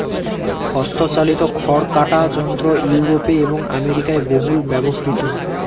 হস্তচালিত খড় কাটা যন্ত্র ইউরোপে এবং আমেরিকায় বহুল ব্যবহৃত